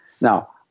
Now